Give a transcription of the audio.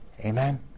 Amen